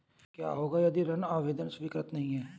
क्या होगा यदि ऋण आवेदन स्वीकृत नहीं है?